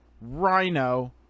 Rhino